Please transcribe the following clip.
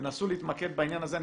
תנסו להתמקד בעניין הזה.